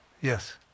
Yes